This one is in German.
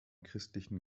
christlichen